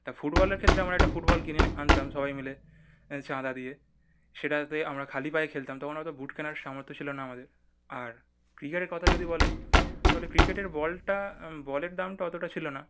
তা ফুটবলের ক্ষেত্রে আমার একটা ফুটবল কিনে এনে আনতাম সবাই মিলে চাঁদা দিয়ে সেটাতে আমরা খালি পায়ে খেলতাম তখন অত বুট কেনার সামর্থ্য ছিল না আমাদের আর ক্রিকেটের কথা যদি বলেন তাহলে ক্রিকেটের বলটা বলের দামটা অতটা ছিল না